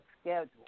schedule